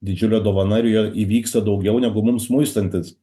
didžiulė dovana ir jo įvyksta daugiau negu mums muistantis